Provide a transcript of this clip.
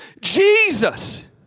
Jesus